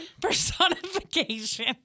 personification